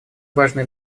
важные